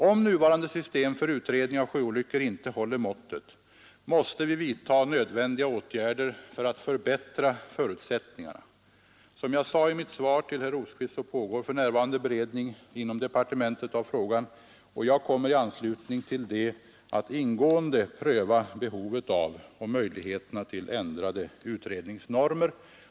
Om nuvarande system för utredning av sjöolyckor inte håller måttet, måste vi vidta nödvändiga åtgärder för att förbättra förutsättningarna. Som jag sade i mitt svar till herr Rosqvist så pågår för närvarande beredning inom departementet av frågan, och jag kommer i anslutning härtill att ingående pröva behovet av och möjligheterna till ändrade utredningsformer.